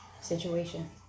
situation